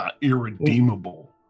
irredeemable